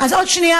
אז עוד שנייה,